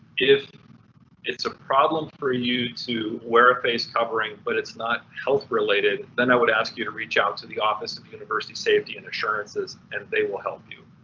if it's a problem for you to wear a face covering but it's not health related, then i would ask you to reach out to the office of university safety and assurances and they will help you.